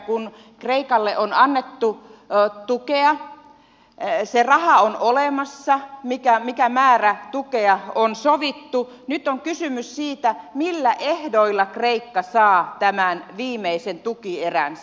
kun kreikalle on annettu tukea se raha on olemassa mikä määrä tukea on sovittu ja nyt on kysymys siitä millä ehdoilla kreikka saa tämän viimeisen tukieränsä